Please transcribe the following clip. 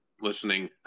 listening